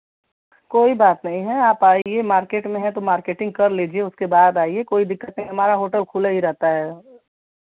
कोई बात नहीं है आप आईए मार्केट में हैं तो मार्केटिंग कर लीजिए उसके बाद आईए कोई दिक्कत नहीं है हमारा होटल खुला ही रहता है